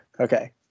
Okay